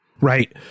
Right